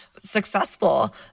successful